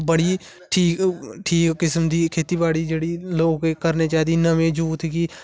बडी़ ठीक किस्म दी खेतीबाडी़ जेहडी़ लोकें गी करनी चाहिदी नमें य़ूथ गी